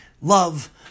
love